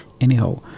Anyhow